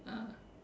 ah